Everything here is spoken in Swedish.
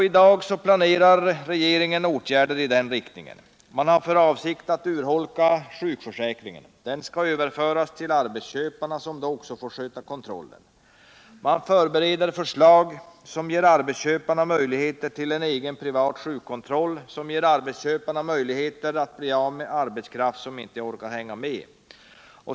I dag planerar regeringen åtgärder i den riktningen. Man har för avsikt att urholka sjukförsäkringen. Den skall överföras till arbetsköparna som också får sköta kontrollen. Man förbereder förslag som ger arbetsköparna möjligheter till en egen privat sjukkontroll och möjligheter att bli av med arbetskraft som inte orkar hänga med.